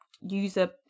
user